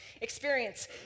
experience